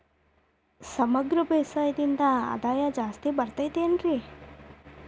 ಸಮಗ್ರ ಬೇಸಾಯದಿಂದ ಆದಾಯ ಜಾಸ್ತಿ ಬರತೈತೇನ್ರಿ?